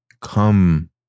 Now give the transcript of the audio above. come